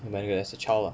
when he has a child lah